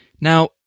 Now